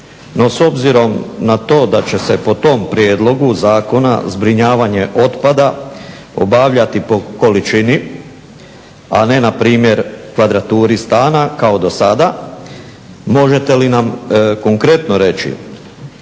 No, s obzirom na to da će se po tom prijedlogu zakona zbrinjavanje otpada obavljati po količini, a ne na primjer kvadraturi stana kao do sada. Možete li nam konkretno reći